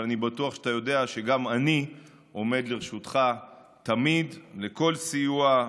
אבל אני בטוח שאתה יודע שגם אני עומד לרשותך תמיד לכל סיוע,